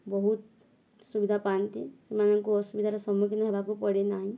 ବହୁତ ସୁବିଧା ପାଆନ୍ତି ସେମାନଙ୍କୁ ଅସୁବିଧାର ସମ୍ମୁଖୀନ ହେବାକୁ ପଡ଼ିନାହଁ